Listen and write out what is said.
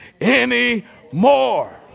anymore